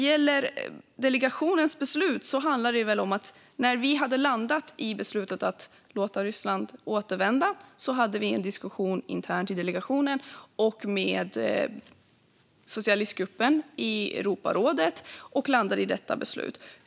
I samband med att vi landade i beslutet att låta Ryssland återvända hade vi haft en diskussion internt i delegationen och med socialistgruppen i Europarådet.